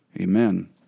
Amen